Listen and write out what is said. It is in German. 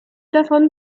davon